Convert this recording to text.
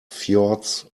fjords